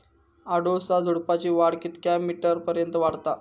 अडुळसा झुडूपाची वाढ कितक्या मीटर पर्यंत वाढता?